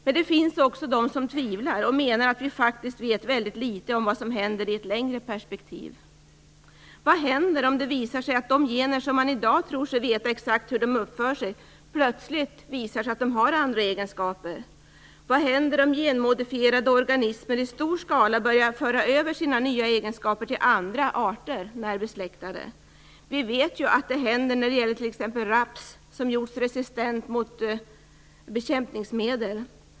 Men det finns också de som tvivlar och menar att vi faktiskt vet väldigt litet om vad som händer i ett längre perspektiv. Vad händer om det visar sig att de gener som man i dag tror sig veta exakt hur de uppför sig plötsligt visar sig ha andra egenskaper? Vad händer om genmodifierade organismer i stor skala börjar föra över sina nya egenskaper till andra närbesläktade arter? Vi vet att det har hänt när det gäller raps som har gjorts resistent mot bekämpningsmedel.